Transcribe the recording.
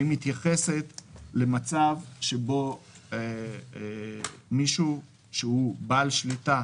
היא מתייחסת למצב שבו מישהו שהוא בעל שליטה